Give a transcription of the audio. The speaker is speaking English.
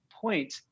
point